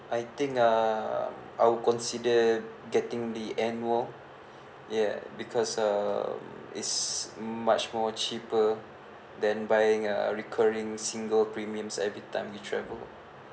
I think uh I'll consider getting the annual yeah because um it's much more cheaper than buying a recurring single premiums every time we travel